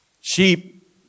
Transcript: Sheep